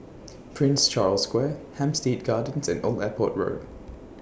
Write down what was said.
Prince Charles Square Hampstead Gardens and Old Airport Road